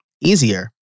easier